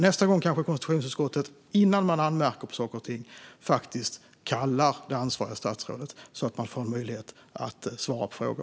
Nästa gång kanske konstitutionsutskottet, innan man anmärker på saker och ting, faktiskt kallar det ansvariga statsrådet till utskottet så att statsrådet får en möjlighet att svara på frågor.